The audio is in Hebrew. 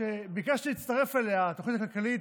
שביקשתי להצטרף אליה: התוכנית הכלכלית